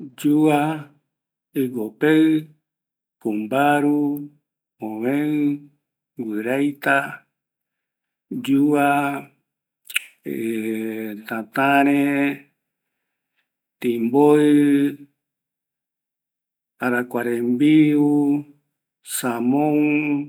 Yua, iguiopeɨ. Kumbaru, övëï, guiraita, yua, ˂hesitation˃ Tätäre, Timboɨ, Arakuarembiu, samoü